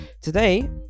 Today